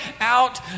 out